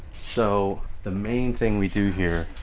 so the main thing we do here,